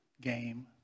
game